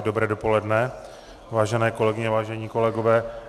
Dobré dopoledne, vážené kolegyně, vážení kolegové.